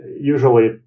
usually